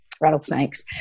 rattlesnakes